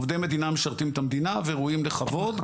עובדי מדינה משרתים את המדינה והם ראויים לכבוד,